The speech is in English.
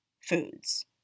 foods